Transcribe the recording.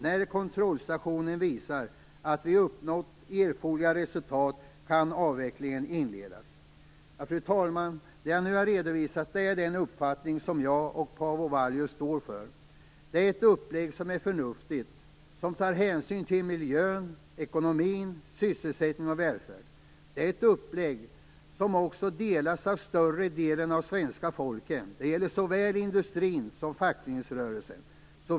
När kontrollstationen visar att vi uppnått erforderliga resultat kan avvecklingen inledas. Fru talman! Det jag nu har redovisat är den uppfattning som jag och Paavo Vallius står för. Det är ett upplägg som är förnuftigt och som tar hänsyn till miljön, ekonomin, sysselsättning och välfärd. Det är ett upplägg som också stöds av större delen av svenska folket. Det gäller såväl industrin som fackföreningsrörelsen.